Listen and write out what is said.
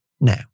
now